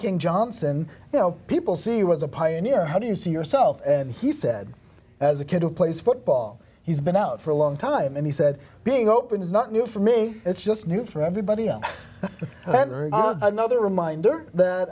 king johnson you know people see was a pioneer how do you see yourself and he said as a kid who plays football he's been out for a long time and he said being open is not new for me it's just new for everybody else another reminder that